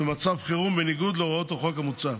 במצב חירום בניגוד להוראות החוק המוצע.